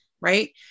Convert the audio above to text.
Right